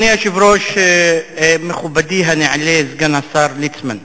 אדוני היושב-ראש, מכובדי הנעלה סגן השר ליצמן,